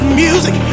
music